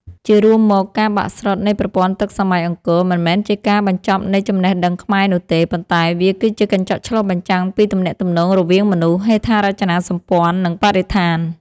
ជារួមមក ការបាក់ស្រុតនៃប្រព័ន្ធទឹកសម័យអង្គរ មិនមែនជាការបញ្ចប់នៃចំណេះដឹងខ្មែរនោះទេ ប៉ុន្តែវាគឺជាកញ្ចក់ឆ្លុះបញ្ចាំងពីទំនាក់ទំនងរវាងមនុស្ស ហេដ្ឋារចនាសម្ព័ន្ធ និងបរិស្ថាន។